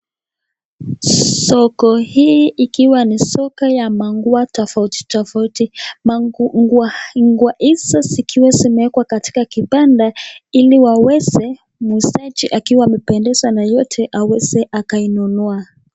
Soko hii ikiwa ni soko ya manguo tofauti tofauti nguo hizo zikiwa zimewekwa katika kibanda ili waweze muuzaji akiwa amependezwa na yoyote aweze akainunua.